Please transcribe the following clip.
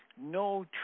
no